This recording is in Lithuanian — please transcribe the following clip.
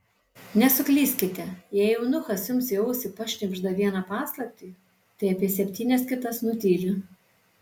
nesuklyskite jei eunuchas jums į ausį pašnibžda vieną paslaptį tai apie septynias kitas nutyli